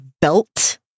belt